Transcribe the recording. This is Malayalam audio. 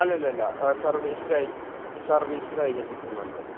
അല്ലല്ലല്ല സർവീസ്സ് കഴിഞ്ഞു സർവീസ്സ് കഴിഞ്ഞിട്ട് തന്നാൽ മതി